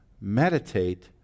Meditate